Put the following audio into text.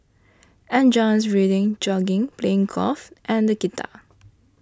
enjoys reading jogging playing golf and the guitar